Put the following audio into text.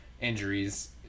injuries